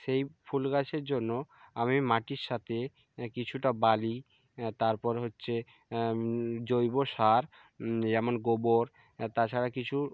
সেই ফুল গাছের জন্য আমি মাটির সাথে কিছুটা বালি তারপর হচ্ছে জৈব সার যেমন গোবর তাছাড়া কিছু